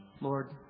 Lord